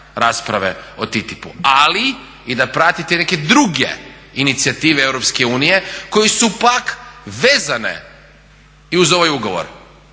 rasprave o TTIP-u, ali i da pratite neke druge inicijative EU koji su pak vezane i uz ovaj ugovor.